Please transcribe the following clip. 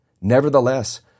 Nevertheless